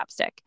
chapstick